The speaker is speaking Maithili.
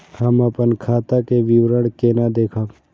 हम अपन खाता के विवरण केना देखब?